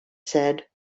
said